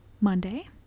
Monday